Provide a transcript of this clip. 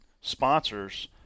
sponsors